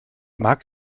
mag